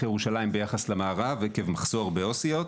ירושלים ביחס למערב עקב מחסור בעו"סיות.